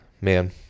Man